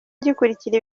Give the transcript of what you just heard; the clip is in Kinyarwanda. gikurikira